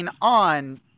on